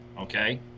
Okay